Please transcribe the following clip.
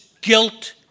guilt